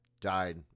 died